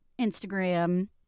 Instagram